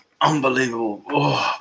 unbelievable